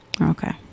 Okay